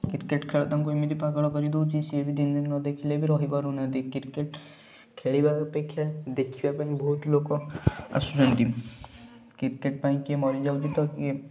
cricket ଖେଳ ତାଙ୍କ ଏମିତି ପାଗଳ କରିଦଉଛି ସେ ବି ଦିନେ ନ ଦେଖିଲେ ବି ରହିପାରୁ ନାହାଁନ୍ତି କ୍ରିକେଟ ଖେଳିବା ଅପେକ୍ଷା ଦେଖିବା ପାଇଁ ବି ବହୁତ ଲୋକ ଆସୁଛନ୍ତି କ୍ରିକେଟ ପାଇଁ କିଏ ମରିଯାଉଛି ତ କିଏ